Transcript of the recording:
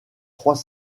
trois